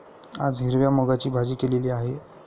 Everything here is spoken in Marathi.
आज हिरव्या मूगाची भाजी केलेली आहे